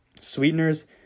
sweeteners